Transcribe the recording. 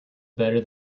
better